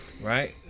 Right